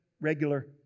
regular